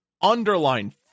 underline